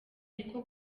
niko